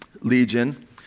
legion